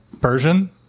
Persian